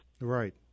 Right